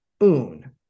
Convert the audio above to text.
un